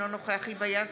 אינו נוכח היבה יזבק,